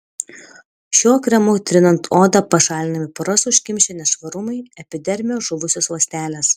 šiuo kremu trinant odą pašalinami poras užkimšę nešvarumai epidermio žuvusios ląstelės